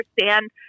understand